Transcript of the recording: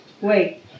wait